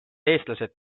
eestlased